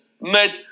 made